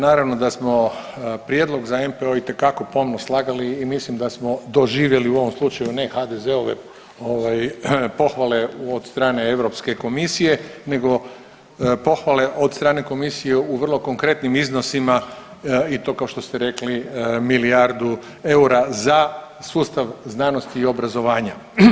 Naravno da smo prijedlog za NPOO itekako pomno slagali i mislim da smo doživjeli, u ovom slučaju, ne HDZ-ove ovaj pohvale od strane EK nego pohvale od strane Komisije u vrlo konkretnim iznosima i to, kao što ste rekli, milijardu eura za sustav znanosti i obrazovanja.